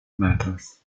matters